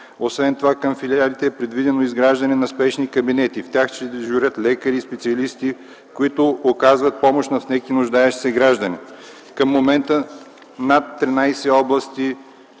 Освен това към филиалите е предвидено изграждането на спешни кабинети, като в тях ще дежурят лекари и специалисти, които да оказват помощ на всеки нуждаещ се гражданин. Към момента в над 13 области